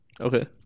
Okay